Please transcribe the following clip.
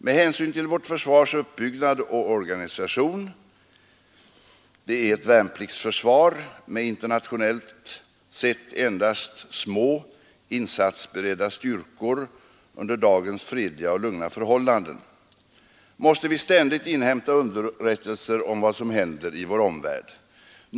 Med hänsyn till vårt försvars uppbyggnad och organisation — det är ett värnpliktsförsvar med internationellt sett endast små insatsberedda styrkor under dagens fredliga och lugna Nr92 förhållanden - måste vi ständigt inhämta underrättelser om vad: som Fredagen den händer i vår omvärld.